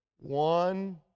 One